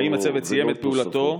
וללא תוספות.